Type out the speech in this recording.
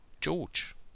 George